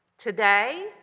today